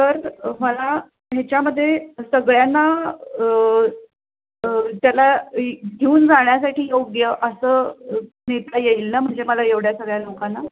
तर मला ह्याच्यामध्ये सगळ्यांना त्याला घेऊन जाण्यासाठी योग्य असं नेता येईल ना म्हणजे मला एवढ्या सगळ्या लोकांना